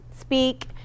speak